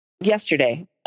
yesterday